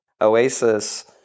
Oasis